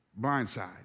Blindside